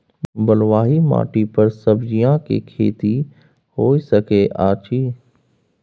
बलुआही माटी पर सब्जियां के खेती होय सकै अछि?